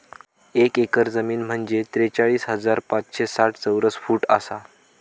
एक एकर जमीन म्हंजे त्रेचाळीस हजार पाचशे साठ चौरस फूट आसा